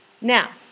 Now